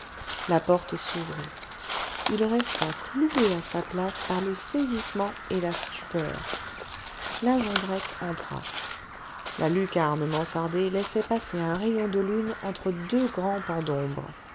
la porte s'ouvrit il resta cloué à sa place par le saisissement et la stupeur la jondrette entra la lucarne mansardée laissait passer un rayon de lune entre deux grands pans d'ombre